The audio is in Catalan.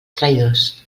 traïdors